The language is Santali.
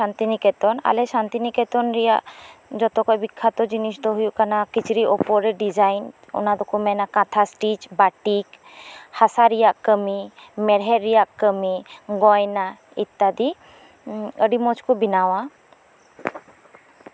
ᱤᱧᱟᱹᱜ ᱴᱚᱴᱷᱟ ᱫᱚ ᱦᱩᱭᱩᱜ ᱠᱟᱱᱟ ᱥᱟᱱᱛᱤᱱᱤᱠᱮᱛᱚᱱ ᱟᱞᱮ ᱥᱟᱱᱛᱤᱱᱮᱠᱮᱛᱚᱱ ᱨᱮᱭᱟᱜ ᱡᱚᱛᱚ ᱠᱷᱚᱱ ᱵᱤᱠᱠᱷᱟᱛᱚ ᱡᱤᱱᱤᱥ ᱫᱚ ᱦᱩᱭᱩᱜ ᱠᱟᱱᱟ ᱠᱤᱪᱨᱤᱪ ᱩᱯᱚᱨᱮ ᱰᱤᱡᱟᱭᱤᱱ ᱚᱱᱟ ᱫᱚᱠᱚ ᱢᱮᱱᱟ ᱠᱟᱸᱛᱷᱟᱥᱴᱤᱪ ᱵᱟᱴᱤᱠ ᱦᱟᱥᱟ ᱨᱮᱭᱟᱜ ᱠᱟᱹᱢᱤ ᱢᱮᱲᱦᱮᱫ ᱨᱮᱭᱟᱜ ᱠᱟᱹᱢᱤ ᱜᱚᱭᱱᱟ ᱤᱛᱛᱟᱫᱤ ᱟᱹᱰᱤ ᱢᱚᱸᱡᱽ ᱠᱚ ᱵᱮᱱᱟᱣᱟ